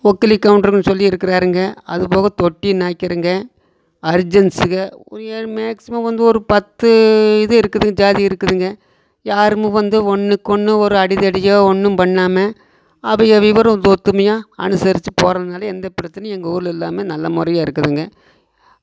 பொக்குலி கவுண்டர்னு சொல்லி இருக்கிறாருங்க அதுபோக தொட்டி நாயக்கர்ங்க அர்ஜன்ஸுக ஒரு ஏழு மேக்ஸிமம் வந்து ஒரு பத்து இது இருக்குது ஜாதி இருக்குதுங்க யாருமும் வந்து ஒன்னுக்கொன்று ஒரு அடி தடியோ ஒன்றும் பண்ணாமல் ஒற்றுமையா அனுசரித்து போகிறதுனால எந்த பிரச்சனையும் எங்கள் ஊரில் இல்லாமல் நல்ல முறையாக இருக்குதுங்க